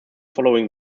following